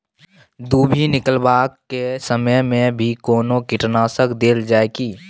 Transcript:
दुभी निकलबाक के समय मे भी कोनो कीटनाशक देल जाय की?